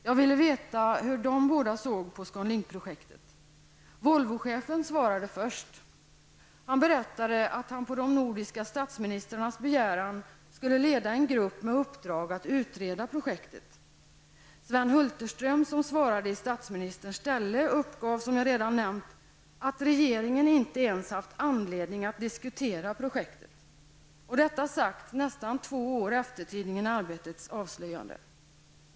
Jag ville veta hur de båda såg på Scan Linkprojektet. Volvochefen svarade först. Han berättade att han på de nordiska statsministrarnas begäran skulle leda en grupp med uppdrag att utreda projektet. Sven Hulterström, som svarade i statsministerns ställe på interpellationen, uppgav som jag redan nämnt att regeringen inte ens haft anledning att diskutera projektet. Och detta sagt nästan två år efter tidningen Arbetets avslöjande.